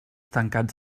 tancats